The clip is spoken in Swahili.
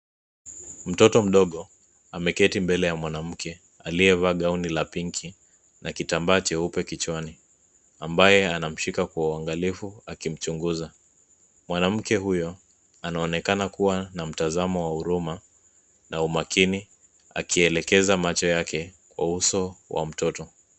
Mtoto mdogo ameketi mbele ya mwanamke aliyevaa gauni la pinki na kitambaa cheupe kichwani ambaye anamshika kwa uangalifu akimchunguza. Mwanamke huyo anaonekana kuwa na mtazamo wa huruma na umakini, akielekeza macho yake kwa uso wa mtoto.